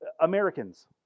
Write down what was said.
Americans